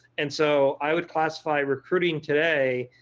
and so i would classify recruiting today,